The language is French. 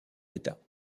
états